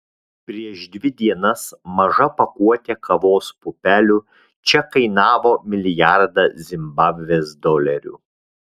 prieš dvi dienas maža pakuotė kavos pupelių čia kainavo milijardą zimbabvės dolerių